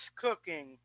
cooking